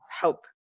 help